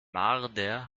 marder